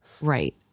Right